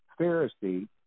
Pharisee